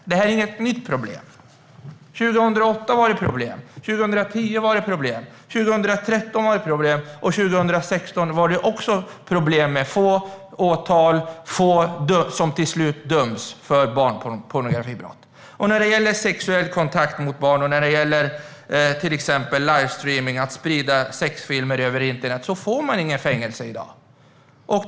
Detta är inget nytt problem. 2008, 2010, 2013 och 2016 var det problem med få åtal och få som till slut dömdes för barnpornografibrott. När det gäller sexuell kontakt med barn och till exempel livestreaming - att sprida sexfilmer över internet - får man inte fängelse i dag.